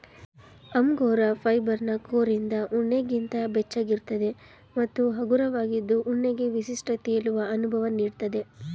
angora ಫೈಬರ್ನ ಕೋರಿಂದ ಉಣ್ಣೆಗಿಂತ ಬೆಚ್ಚಗಿರ್ತದೆ ಮತ್ತು ಹಗುರವಾಗಿದ್ದು ಉಣ್ಣೆಗೆ ವಿಶಿಷ್ಟ ತೇಲುವ ಅನುಭವ ನೀಡ್ತದೆ